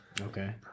Okay